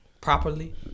Properly